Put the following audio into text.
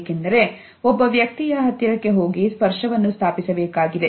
ಏಕೆಂದರೆ ಒಬ್ಬ ವ್ಯಕ್ತಿಯ ಹತ್ತಿರಕ್ಕೆ ಹೋಗಿ ಸ್ಪರ್ಶವನ್ನು ಸ್ಥಾಪಿಸಬೇಕಾಗಿದೆ